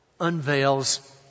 unveils